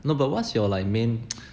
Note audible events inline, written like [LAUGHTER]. no but what's your like main [NOISE]